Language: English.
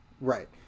Right